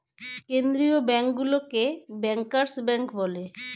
কেন্দ্রীয় ব্যাঙ্কগুলোকে bankers bank বলে